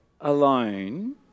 alone